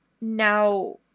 Now